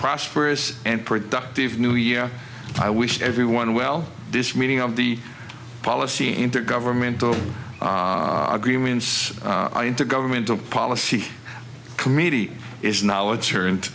prosperous and productive new year i wish everyone well this meeting of the policy intergovernmental agreements intergovernmental policy committee is now it's here and